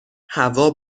هوا